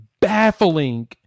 baffling